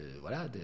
voilà